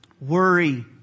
worry